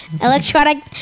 electronic